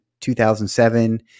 2007